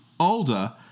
older